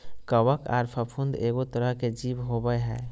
कवक आर फफूंद एगो तरह के जीव होबय हइ